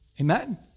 Amen